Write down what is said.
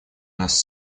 нас